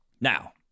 Now